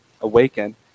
Awaken